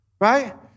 right